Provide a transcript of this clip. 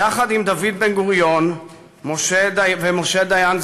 יחד עם דוד בן-גוריון ומשה דיין,